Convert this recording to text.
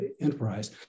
enterprise